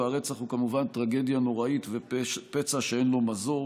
והרצח הוא כמובן טרגדיה נוראית ופצע שאין לו מזור.